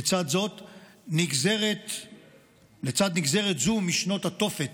לצד נגזרת זו משנות התופת